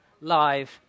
live